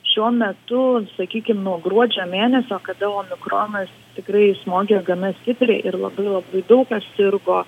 šiuo metu sakykim nuo gruodžio mėnesio kada omikronas tikrai smogė gana stipriai ir labai labai daug kas sirgo